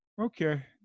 okay